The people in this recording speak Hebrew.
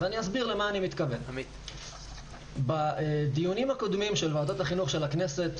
אסביר למה אני מתכוון: בדיונים הקודמים של ועדת החינוך של הכנסת,